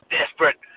desperate